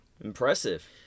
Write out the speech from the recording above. impressive